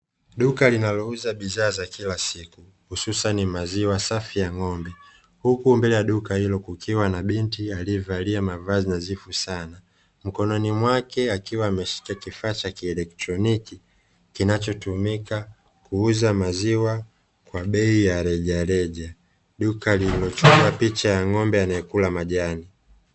Duka linalouza bidhaa za kila siku, hususani maziwa safi ya ng'ombe. Huku mbele ya duka hilo kukiwa na binti aliyevalia mavazi nadhifu sana, mkononi mwake akiwa ameshika kifaa cha kielekroniki, kinachotumika kuuza maziwa kwa bei ya rejareja. Duka lililochorwa picha ya ng'ombe anayekula majani.